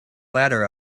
ladder